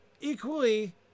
equally